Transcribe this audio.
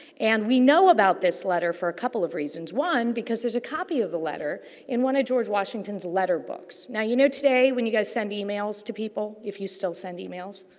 and, we know about this letter for a couple of reasons. one, because there's a copy of the letter in one of george washington's letter books. now, you know today when you guys send emails to people, if you still send emails?